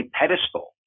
pedestal